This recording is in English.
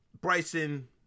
Bryson